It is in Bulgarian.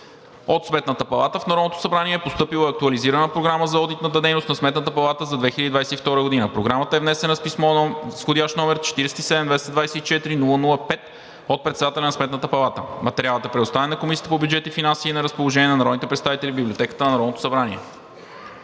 От Сметната палата в Народното събрание е постъпила Актуализирана програма за одитната дейност на Сметната палата за 2022 г. Програмата е внесена с писмо, вх. № 47-224-00-5, от председателя на Сметната палата. Материалът е предоставен на Комисията по бюджет и финанси и е на разположение на народните представители в Библиотеката на Народното събрание.